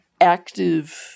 active